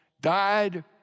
died